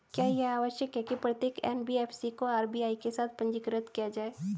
क्या यह आवश्यक है कि प्रत्येक एन.बी.एफ.सी को आर.बी.आई के साथ पंजीकृत किया जाए?